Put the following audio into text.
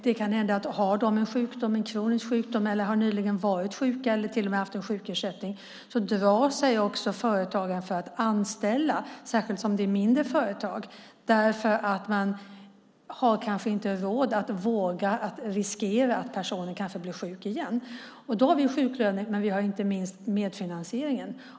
Det kan hända att om de har en sjukdom eller en kronisk sjukdom, om de nyligen har varit sjuka eller till och med har haft en sjukersättning drar sig företagare för att anställa dem, särskilt om det handlar om mindre företag. De kanske inte har råd att våga riskera att personen blir sjuk igen. Då har vi sjuklönen och inte minst medfinansieringen.